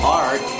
art